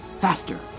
faster